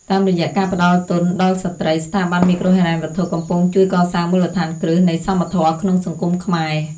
តាមរយៈការផ្ដល់ទុនដល់ស្ត្រី ស្ថាប័នមីក្រូហិរញ្ញវត្ថុកំពុងជួយកសាងមូលដ្ឋានគ្រឹះនៃសមធម៌ក្នុងសង្គមខ្មែរ។